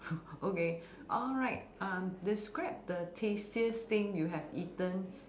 okay alright um describe the tastiest thing you have eaten